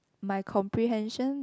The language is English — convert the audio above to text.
my comprehension